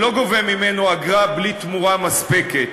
שלא גובה ממנו אגרה בלי תמורה מספקת,